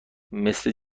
مثل